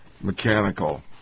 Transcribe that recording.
mechanical